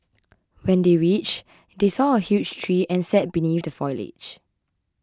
when they reached they saw a huge tree and sat beneath the foliage